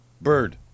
Bird